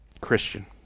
Christian